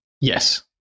Yes